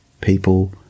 people